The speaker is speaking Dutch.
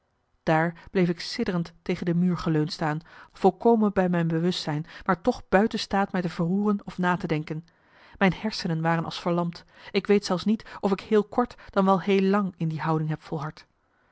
daar bleef ik sidderend tegen de muur geleund staan volkomen bij mijn bewustzijn maar toch buiten staat mij te verroeren of na te denken mijn hersenen waren als verlamd ik weet zelfs niet of ik heel kort dan wel heel lang in die houding heb volhard